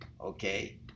okay